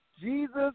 Jesus